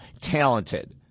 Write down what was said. talented